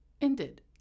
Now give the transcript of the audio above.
Ended